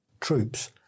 troops